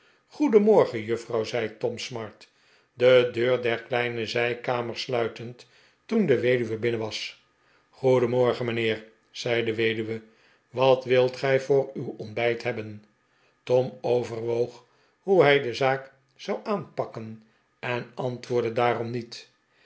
goedenmorgen juffrouw zei tom smart de deur der kleine zijkamer sluitend toen de weduwe binnen was goedenmorgen mijnheer zei de weduwe wat wilt gij voor uw ontbijt hebben r mijnheer tom overwoog hoe hij de zaak zou aanpakken en antwoordde daarom niet